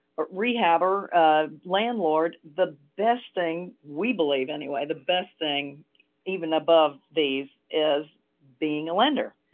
rehabber, a landlord, the best thing we believe anyway, the best thing even above these is being a lender.